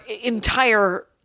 entire